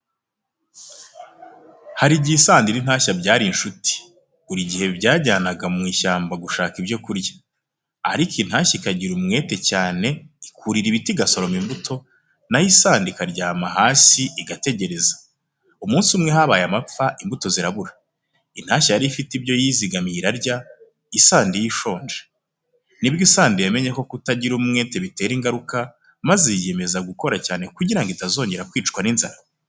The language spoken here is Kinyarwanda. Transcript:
Hari igihe isandi n’intashya byari inshuti. Buri gihe bajyanaga mu ishyamba gushaka ibyo kurya. Ariko intashya ikagira umwete cyane ikurira ibiti igasoroma imbuto, naho isandi ikaryama hasi igategereza. Umunsi umwe habaye amapfa, imbuto zirabura. Intashya yari ifite ibyo yizigamiye irarya, isandi yo ishonje. Nibwo isandi yamenye ko kutagira umwete bitera ingaruka, maze yiyemeza gukora cyane kugira ngo itazongera kwicwa n’inzara.